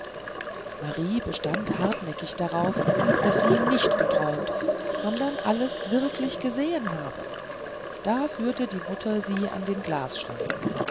marie bestand hartnäckig darauf daß sie nicht geträumt sondern alles wirklich gesehen habe da führte die mutter sie an den glasschrank